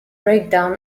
breakdown